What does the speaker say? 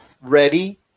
ready